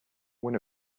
one